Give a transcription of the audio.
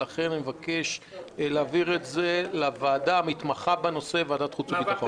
ולכן אני מבקש להעביר את זה לוועדה המתמחה בנושא ועדת החוץ והביטחון.